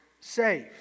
safe